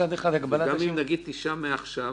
מצד אחד --- גם אם נגיד תשעה חודשים מעכשיו,